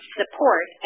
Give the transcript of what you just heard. support